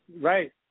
Right